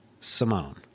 Simone